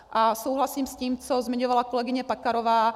A souhlasím s tím, co zmiňovala kolegyně Pekarová.